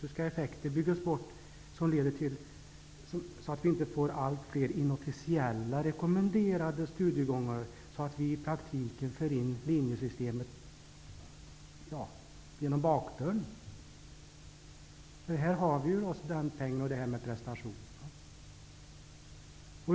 Hur skall de effekter som leder till att det blir fler inofficiella rekommenderade studiegångar byggas bort? Annars återinrättas ju i praktiken linjesystemet så att säga genom bakdörren. Studentpeng och prestation hänger ju samman.